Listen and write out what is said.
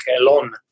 alone